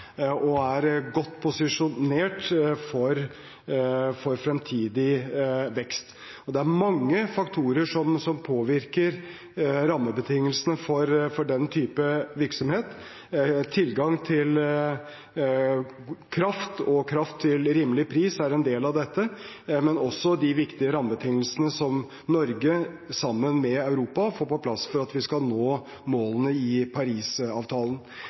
og er godt posisjonert for fremtidig vekst. Det er mange faktorer som påvirker rammebetingelsene for den type virksomhet. Tilgang til kraft og kraft til rimelig pris er en del av dette, men også de viktige rammebetingelsene som Norge sammen med Europa får på plass for at vi skal nå målene i Parisavtalen.